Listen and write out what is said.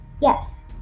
Yes